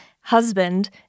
husband